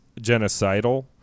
genocidal